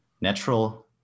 natural